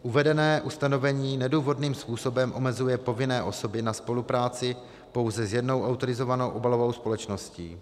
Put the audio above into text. Uvedené ustanovení nedůvodným způsobem omezuje povinné osoby na spolupráci pouze s jednou autorizovanou obalovou společností.